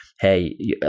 hey